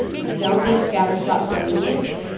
we don't need scattershot solutions.